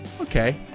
Okay